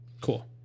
Cool